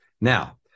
Now